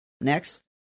next